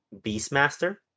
Beastmaster